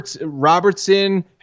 Robertson